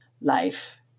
life